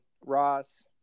ross